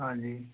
हाॅं जी